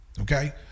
Okay